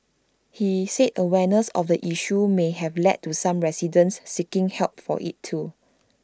he said awareness of the issue may have led to some residents seeking help for IT too